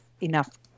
enough